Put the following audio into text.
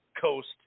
coast